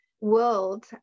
world